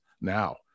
now